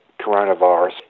coronavirus